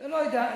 לא יודע.